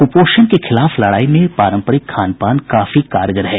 कुपोषण के खिलाफ लड़ाई में पारंपरिक खानपान भी काफी कारगर है